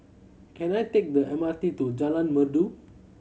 can I take the M R T to Jalan Merdu